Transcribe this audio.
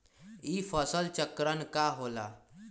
ई फसल चक्रण का होला?